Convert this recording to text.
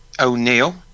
O'Neill